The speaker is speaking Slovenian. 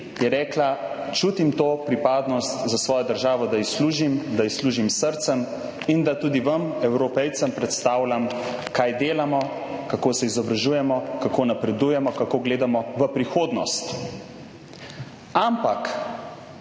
je rekla, čutim to pripadnost za svojo državo, da ji služim, da ji služim s srcem in da tudi vam Evropejcem predstavljam, kaj delamo, kako se izobražujemo, kako napredujemo, kako gledamo v prihodnost. Ampak